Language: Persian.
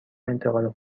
انتقال